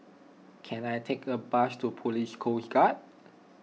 can I take a bus to Police Coast Guard